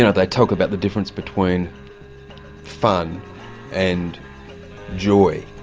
and they talk about the difference between fun and joy.